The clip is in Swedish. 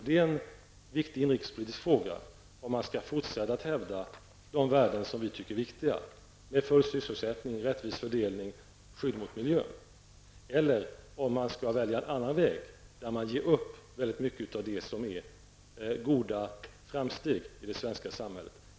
Det är en viktig inrikespolitisk fråga om man skall fortsätta att hävda de värden som vi anser är viktiga -- full sysselsättning, rättvis fördelning och skydd av miljön -- eller om man skall välja en annan väg som innebär att man ger upp väldigt mycket av det som är goda framsteg i det svenska samhället.